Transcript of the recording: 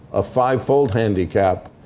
a fivefold handicap.